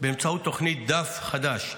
באמצעות תוכנית "דף חדש".